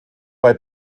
bei